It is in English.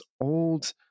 old